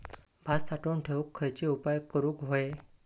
भात साठवून ठेवूक खयचे उपाय करूक व्हये?